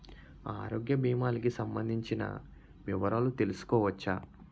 ఆరోగ్య భీమాలకి సంబందించిన వివరాలు తెలుసుకోవచ్చా?